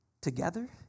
together